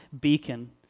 beacon